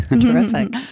Terrific